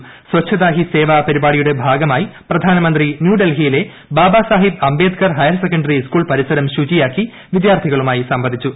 സ്വച്ഛതാ ഹി സേവാ പരിപാടിയുടെ ഭാഗമായി പ്രധാനമന്ത്രി ന്യൂഡൽഹിയിലെ Babasaheb Ambedkar higher secondary school പരിസരം ശുചിയാക്കി വിദ്യാർത്ഥികളുമായി സംവദിച്ചു